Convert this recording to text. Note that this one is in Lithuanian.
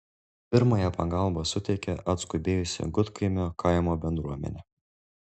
pirmąją pagalbą suteikė atskubėjusi gudkaimio kaimo bendruomenė